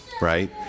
right